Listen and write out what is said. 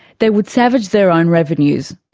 they would savage their own revenues.